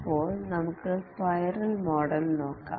ഇപ്പോൾ നമുക്ക് spiral model നോക്കാം